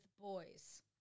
boys